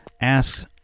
asks